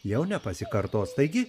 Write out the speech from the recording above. jau nepasikartos taigi